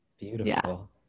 Beautiful